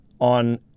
on